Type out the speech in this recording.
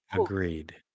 agreed